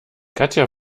katja